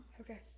Okay